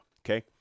okay